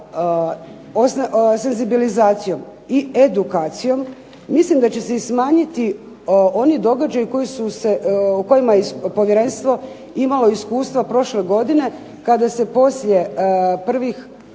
senzibilizacijom i edukacijom mislim da će se smanjiti oni događaji u kojima je povjerenstvo imalo iskustvo prošle godine kada se poslije prvih